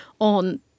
on